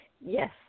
Yes